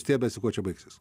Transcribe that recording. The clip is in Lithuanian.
stiebiasi kuo čia baigsis